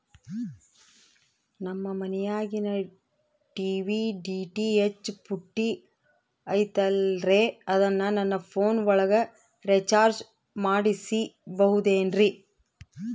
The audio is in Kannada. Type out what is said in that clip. ನಮ್ಮ ಮನಿಯಾಗಿನ ಟಿ.ವಿ ಡಿ.ಟಿ.ಹೆಚ್ ಪುಟ್ಟಿ ಐತಲ್ರೇ ಅದನ್ನ ನನ್ನ ಪೋನ್ ಒಳಗ ರೇಚಾರ್ಜ ಮಾಡಸಿಬಹುದೇನ್ರಿ?